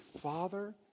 Father